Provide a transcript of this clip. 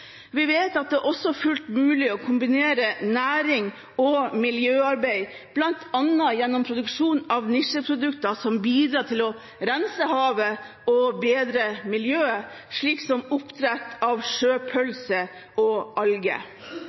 Vi vet også at det er fullt mulig å kombinere næring og miljøarbeid, bl.a. gjennom produksjon av nisjeprodukter som bidrar til å rense havet og bedre miljøet, slik som oppdrett av sjøpølse og